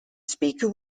speaker